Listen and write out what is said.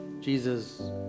Jesus